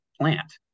plant